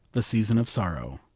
the season of sorrow.